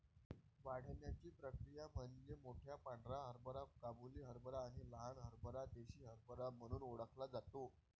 वाढण्याची प्रक्रिया म्हणजे मोठा पांढरा हरभरा काबुली हरभरा आणि लहान हरभरा देसी हरभरा म्हणून ओळखला जातो